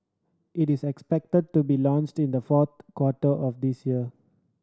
it is expected to be launched in the fourth quarter of this year